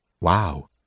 Wow